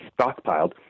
stockpiled